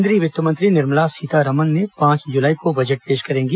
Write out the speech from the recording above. केंद्रीय वित्त मंत्री निर्मला सीतारामन पांच जुलाई को बजट पेश करेंगी